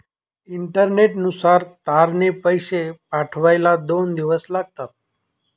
इंटरनेटनुसार तारने पैसे पाठवायला दोन दिवस लागतात